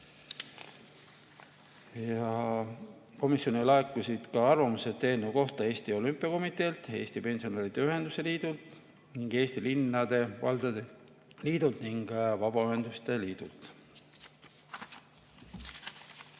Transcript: Komisjonile laekusid arvamused eelnõu kohta Eesti Olümpiakomiteelt, Eesti Pensionäride Ühenduste Liidult ning Eesti Linnade ja Valdade Liidult ning Vabaühenduste Liidult.